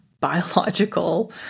biological